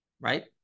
right